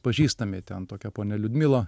pažįstami ten tokia ponia liudmila